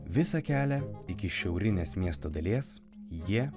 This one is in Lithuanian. visą kelią iki šiaurinės miesto dalies jie